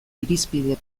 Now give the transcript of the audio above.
irizpide